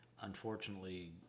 unfortunately